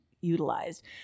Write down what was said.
utilized